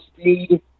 speed